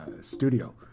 studio